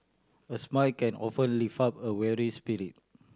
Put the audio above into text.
a smile can often lift up a weary spirit